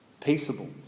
Peaceable